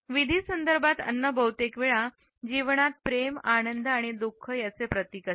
विधी संदर्भात अन्न बहुतेक वेळा जीवनात प्रेम आनंद आणि दु ख याचे प्रतीक असते